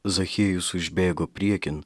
zachiejus užbėgo priekin